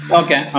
okay